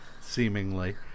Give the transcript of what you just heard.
seemingly